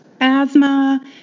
asthma